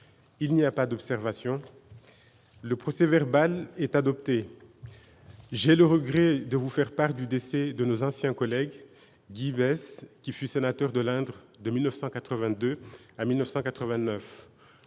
Il n'y a pas d'observation ?... Le procès-verbal est adopté. J'ai le regret de vous faire part du décès de nos anciens collègues Guy Besse, qui fut sénateur de l'Indre de 1982 à 1989,